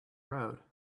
road